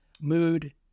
mood